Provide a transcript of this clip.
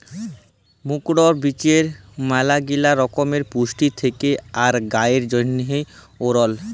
কুমড়র বীজে ম্যালাগিলা রকমের পুষ্টি থেক্যে আর গায়ের জন্হে এঔরল